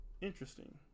interesting